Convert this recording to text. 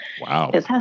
Wow